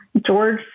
George